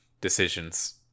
decisions